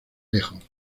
lejos